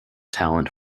talent